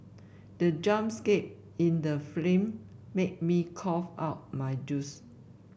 the jump scare in the film made me cough out my juice